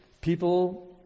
people